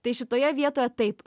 tai šitoje vietoje taip